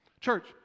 Church